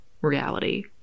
reality